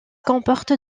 comporte